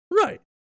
Right